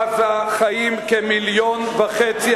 בעזה חיים כמיליון וחצי